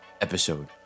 episode